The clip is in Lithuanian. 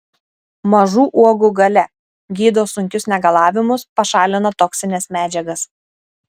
mažų uogų galia gydo sunkius negalavimus pašalina toksines medžiagas